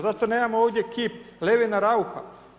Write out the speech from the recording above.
Zašto nemamo ovdje kip Levina Raucha?